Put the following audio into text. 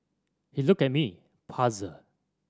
he looked at me puzzled